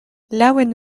laouen